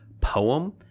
poem